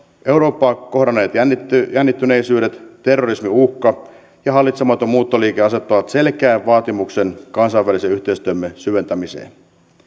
eurooppaa kohdanneet jännittyneisyydet terrorismin uhka ja hallitsematon muuttoliike asettavat selkeän vaatimuksen kansainvälisen yhteistyömme syventämiseen